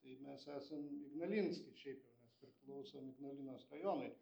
tai mes esam ignalinski šiaip jau nes priklausom ignalinos rajonui